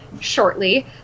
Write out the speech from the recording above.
shortly